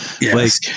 Yes